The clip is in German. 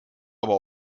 aber